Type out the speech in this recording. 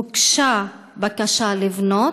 הוגשה בקשה לבנות,